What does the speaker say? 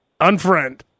Unfriend